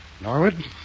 Norwood